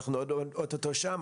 אנחנו אוטוטו שם